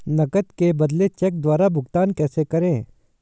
नकद के बदले चेक द्वारा भुगतान कैसे करें?